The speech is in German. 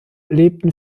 lebten